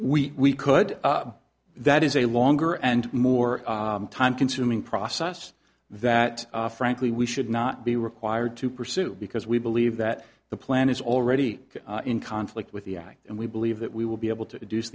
we could that is a longer and more time consuming process that frankly we should not be required to pursue because we believe that the plan is already in conflict with the act and we believe that we will be able to reduce